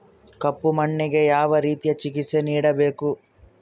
ಕಪ್ಪು ಮಣ್ಣಿಗೆ ಯಾವ ರೇತಿಯ ಚಿಕಿತ್ಸೆ ನೇಡಬೇಕು?